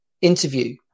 interview